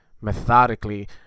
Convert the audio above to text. methodically